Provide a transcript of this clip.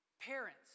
Parents